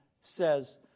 says